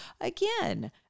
Again